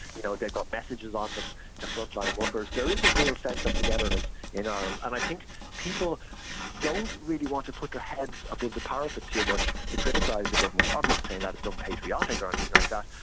you know, they've got messages on them to full-time workers. there is a real sense of togetherness in ireland. and i think people don't really want to put their heads above the parapet too much to criticise the government. i'm not saying that it's unpatriotic or anything like that.